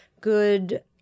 good